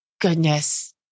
goodness